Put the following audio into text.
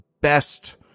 best